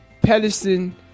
Palestine